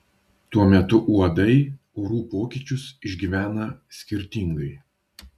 tuo metu uodai orų pokyčius išgyvena skirtingai